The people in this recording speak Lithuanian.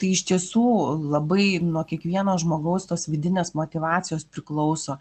tai iš tiesų labai nuo kiekvieno žmogaus tos vidinės motyvacijos priklauso